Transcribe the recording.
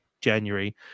January